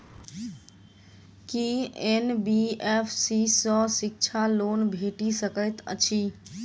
की NBFC सँ शिक्षा loan भेटि सकैत अछि?